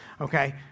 Okay